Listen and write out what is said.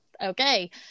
Okay